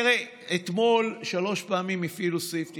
תראה, אתמול שלוש פעמים הפעילו סעיף 98,